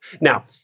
Now